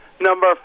Number